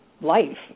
life